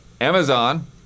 Amazon